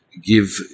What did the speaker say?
give